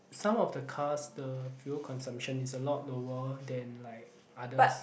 some of the cars the fuel consumption is a lot lower than like others